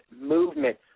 movement